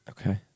Okay